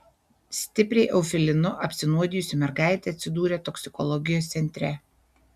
stipriai eufilinu apsinuodijusi mergaitė atsidūrė toksikologijos centre